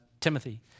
Timothy